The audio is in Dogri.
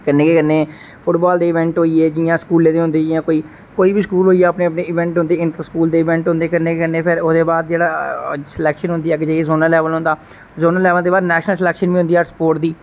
कन्नै गै कन्नै फुटबाल दे इबेंट होई गे जियां स्कूलें दे होंदे जियां कोई बी स्कूल होई गेआ अपने अपने इंवेट होंदे स्कूल दे इंवेट होंदे कन्नै कन्नै फिर ओहदे बाद जेहड़ा स्लेक्शन होंदी अग्गै जेइये फ्ही जोनल लेबल होंदा जोनल लेबल दे बाद नेशनल लेबल स्लेक्शन बी होंदी ऐ स्पोर्ट दी